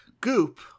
goop